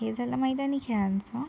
हे झालं मैदानी खेळांचं